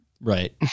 right